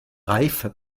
reife